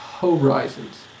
Horizons